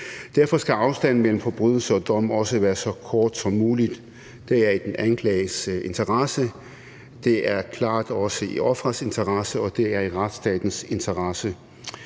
Derfor skal afstanden mellem forbrydelse og dom også være så kort som muligt. Det er i den anklagedes interesse, og det er klart også i ofrenes interesse, og det er i retsstatens interesse.